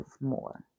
more